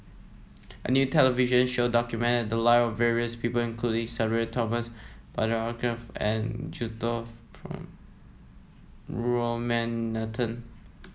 a new television show documented the live of various people including Sudhir Thomas Vadaketh and Juthika Ramanathan